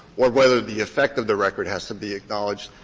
or whether the effect of the record has to be acknowledged.